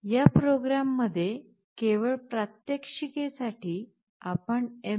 या प्रोग्रॅममध्ये केवळ प्रात्यक्षिके साठी आम्ही mbed